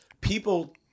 people